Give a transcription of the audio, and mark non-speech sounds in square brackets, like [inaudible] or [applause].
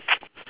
[noise]